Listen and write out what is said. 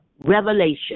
revelation